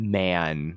man